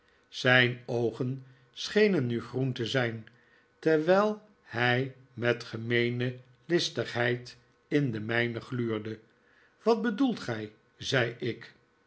zijn oogen schenen nu groen te zijn terwijl hij met gemeene listigheid in de mijne gluurde wat bedoelt gij zei ik